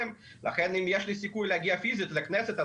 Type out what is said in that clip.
ולכן אם יש סיכוי להגיע פיזית לכנסת,